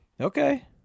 Okay